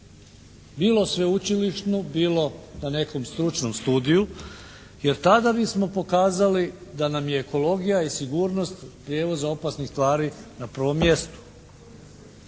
bilo sveučilišnu bilo na nekom stručnom studiju jer tada bismo pokazali da nam je ekologija i sigurnost u prijevozu opasnih tvari na prvom mjestu.